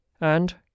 And